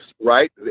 right